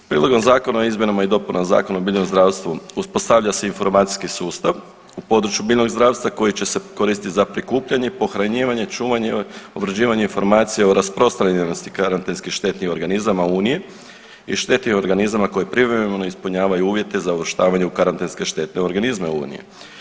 Prijedlogom Zakona o izmjenama i dopunama Zakona o biljnom zdravstvu uspostavlja se informacijski sustav u području biljnog zdravstva koji će se koristiti za prikupljanje, pohranjivanje, čuvanje, obrađivanje informacija o rasprostranjenosti karantenski štetnih organizama unije i štetnih organizama koji privremeno ne ispunjavaju uvjete u karantenski štetne organizme unije.